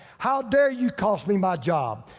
how dare you cost me my job?